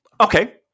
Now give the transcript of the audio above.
Okay